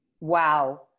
Wow